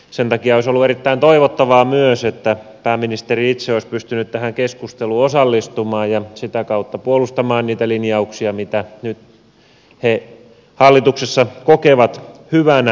sen takia olisi ollut erittäin toivottavaa myös että pääministeri itse olisi pystynyt tähän keskusteluun osallistumaan ja sitä kautta puolustamaan niitä linjauksia mitä nyt he hallituksessa kokevat hyvänä